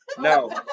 no